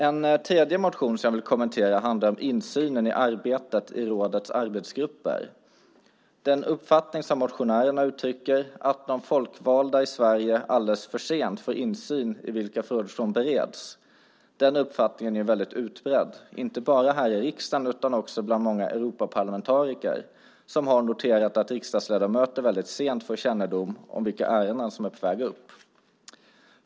En tredje motion som jag vill kommentera handlar om insynen i arbetet i rådets arbetsgrupper. Den uppfattning som motionärerna uttrycker, att de folkvalda i Sverige alldeles för sent får insyn i vilka frågor som bereds, är väldigt utbredd, inte bara i riksdagen utan också bland många Europaparlamentariker som har noterat att riksdagsledamöter väldigt sent får kännedom om vilka ärenden som är på väg upp.